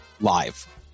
live